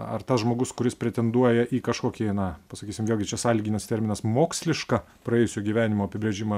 ar tas žmogus kuris pretenduoja į kažkokį na pasakysim vėlgi čia sąlyginis terminas mokslišką praėjusio gyvenimo apibrėžimą